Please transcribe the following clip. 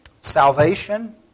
Salvation